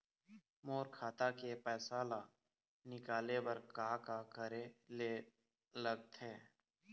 मोर खाता के पैसा ला निकाले बर का का करे ले लगथे?